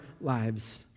lives